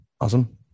Awesome